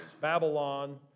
Babylon